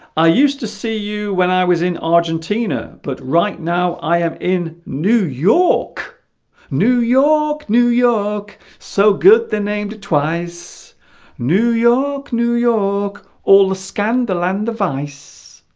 i used to see you when i was in argentina but right now i am in new york new york new york so good they named twice new york new york all the scandal and device